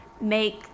make